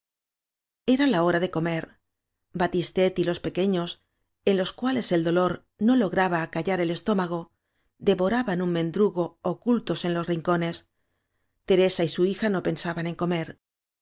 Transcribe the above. era la hora de comer batisfet y los pe queños en los cuales el dolor no lograba acallar el estómago devoraban un mendru go ocultos en los rincones teresa y su hija no pensaban en comer